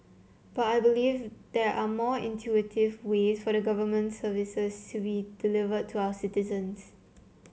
but I believe there are more intuitive ways for government services to be delivered to our citizens